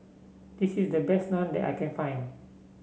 this is the best Naan that I can find